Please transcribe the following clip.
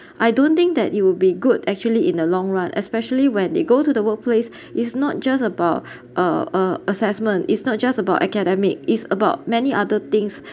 I don't think that it would be good actually in the long run especially when they go to the workplace is not just about uh uh assessment is not just about academic is about many other things